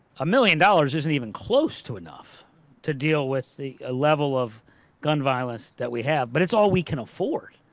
a million dollars isn't even close to enough to deal with the ah level of gun violence that we have, but it's all we can afford.